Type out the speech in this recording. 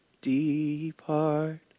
depart